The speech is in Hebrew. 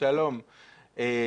שלום לך,